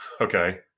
Okay